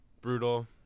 brutal